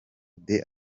deo